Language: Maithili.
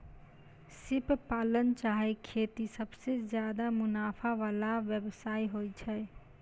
सिप पालन चाहे खेती सबसें ज्यादे मुनाफा वला व्यवसाय होय छै